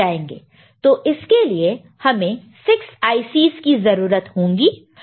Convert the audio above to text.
तो इसके लिए हमें 6 IC's की जरूरत होगी